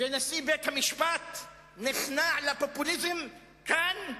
נשיא בית-המשפט נכנע לפופוליזם כאן,